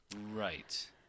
Right